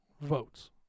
votes